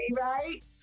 right